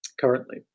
currently